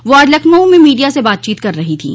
वह आज लखनऊ में मीडिया से बातचीत कर रही थीं